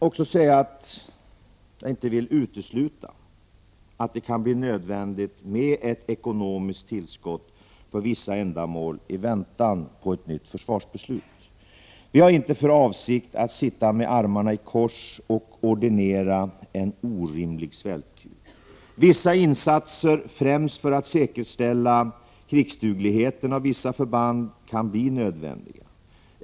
Jag vill inte heller utesluta att det kan bli nödvändigt med ett ekonomiskt tillskott för vissa ändamål i väntan på ett nytt försvarsbeslut. Vi har inte för avsikt att sitta med armarna i kors och ordinera en orimlig svältkur. Vissa insatser, främst för att säkerställa krigsdugligheten hos vissa förband, kan bli nödvändiga.